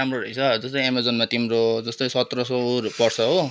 राम्रो रहेछ जस्तै एमाजनमा तिम्रो जस्तो सत्र सौहरू पर्छ हो